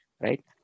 right